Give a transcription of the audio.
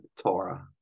Torah